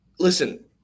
Listen